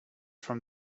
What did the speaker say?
from